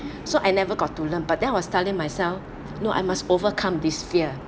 so I never got to learn but then was telling myself no I must overcome this fear